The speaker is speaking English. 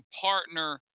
partner